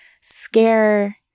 scare